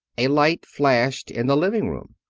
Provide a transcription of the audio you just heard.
a light flashed in the living-room.